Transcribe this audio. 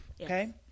Okay